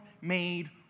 made